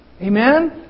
Amen